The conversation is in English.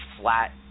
flat